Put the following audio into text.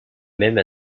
même